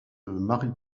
marie